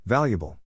Valuable